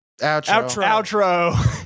Outro